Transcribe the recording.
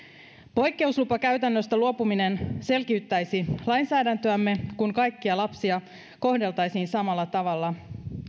poikkeuslupakäytännöstä luopuminen selkiyttäisi lainsäädäntöämme kun kaikkia lapsia kohdeltaisiin samalla tavalla